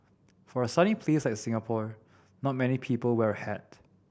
for a sunny place like Singapore not many people wear a hat